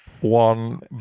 One